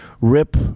Rip